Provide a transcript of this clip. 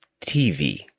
TV